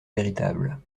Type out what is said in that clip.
véritable